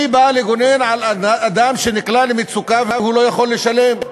אני בא לגונן על אדם שנקלע למצוקה והוא לא יכול לשלם,